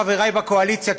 חברי בקואליציה,